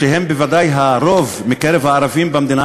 שהם בוודאי הרוב בקרב הערבים במדינה,